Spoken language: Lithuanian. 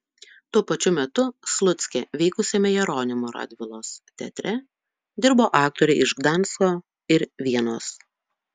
tuo pačiu metu slucke veikusiame jeronimo radvilos teatre dirbo aktoriai iš gdansko ir vienos